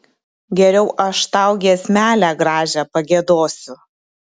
geriau aš tau giesmelę gražią pagiedosiu